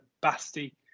Basti